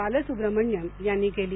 बालसुब्रह्मण्यम यांनी केली